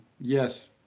Yes